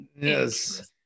Yes